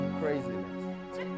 craziness